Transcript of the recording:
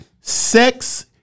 Sex